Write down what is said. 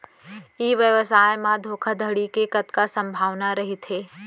ई व्यवसाय म धोका धड़ी के कतका संभावना रहिथे?